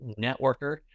networker